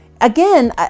again